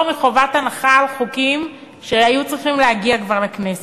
מחובת הנחה חוקים שהיו צריכים להגיע כבר לכנסת.